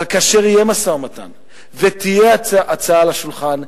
אבל כאשר יהיה משא-ומתן ותהיה הצעה על השולחן,